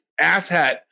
asshat